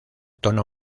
tono